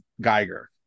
Geiger